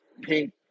Pink